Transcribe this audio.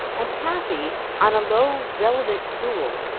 and kathy on a low velvet stool,